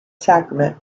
sacrament